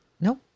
nope